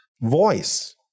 voice